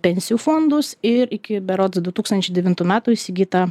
pensijų fondus ir iki berods du tūkstančiai devintų metų įsigytą